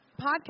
podcast